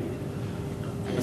חברי